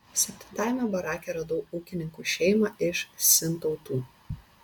septintajame barake radau ūkininkų šeimą iš sintautų